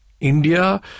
India